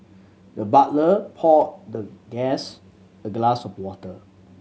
the butler poured the guest a glass of water